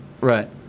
Right